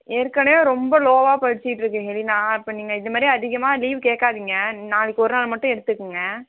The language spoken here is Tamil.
ஏற்கனவே ரொம்ப லோவாக படிச்சுட்டுருக்கு ஹெலினா இப்போ நீங்கள் இதுமாதிரி அதிகமாக லீவு கேட்காதீங்க நாளைக்கு ஒருநாள் மட்டும் எடுத்துக்கங்க